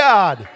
God